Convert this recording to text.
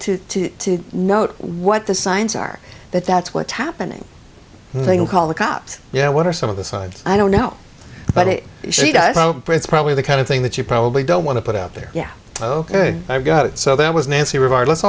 people to know what the signs are that that's what's happening they can call the cops yeah what are some of the sides i don't know but she does know it's probably the kind of thing that you probably don't want to put out there yeah ok i've got it so that was nancy regardless